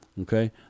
okay